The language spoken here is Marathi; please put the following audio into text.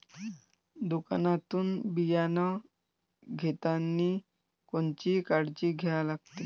दुकानातून बियानं घेतानी कोनची काळजी घ्या लागते?